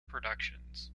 productions